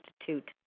Institute